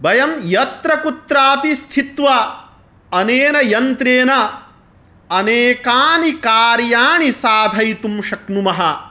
वयं यत्र कुत्रापि स्थित्वा अनेन यन्त्रेण अनेकानि कार्याणि साधयितुं शक्नुमः